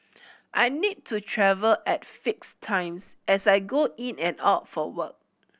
I need to travel at fixed times as I go in and out for work